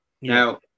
Now